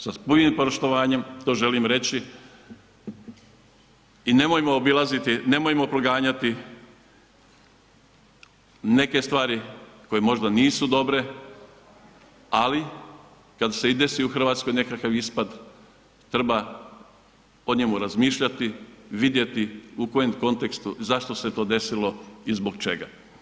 Sa punim poštovanjem to želim reći i nemojmo obilaziti, nemojmo proganjati neke stvari koje možda nisu dobre, ali kad se i desi u Hrvatskoj nekakav ispad treba o njemu razmišljati, vidjeti u kojem kontekstu zašto se to desilo i zbog čega.